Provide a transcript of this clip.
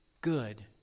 good